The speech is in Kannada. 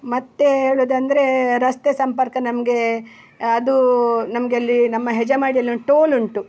ಮತ್ತೆ ಹೇಳೋದಂದ್ರೆ ರಸ್ತೆ ಸಂಪರ್ಕ ನಮ್ಗೆ ಅದು ನಮಗೆ ಅಲ್ಲಿ ನಮ್ಮ ಹೆಜಮಾಡಿಯಲ್ಲಿ ಅಲ್ಲೊಂದು ಟೋಲ್ ಉಂಟು